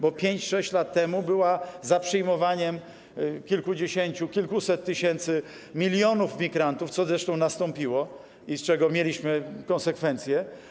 Bo 5–6 lat temu była za przyjmowaniem kilkudziesięciu, kilkuset tysięcy, milionów migrantów, co zresztą nastąpiło i czego mieliśmy konsekwencje.